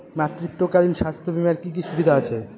মাতৃত্বকালীন স্বাস্থ্য বীমার কি কি সুবিধে আছে?